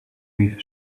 with